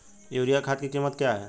Urea खाद की कीमत क्या है?